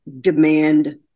demand